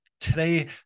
today